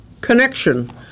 connection